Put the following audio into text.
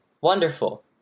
wonderful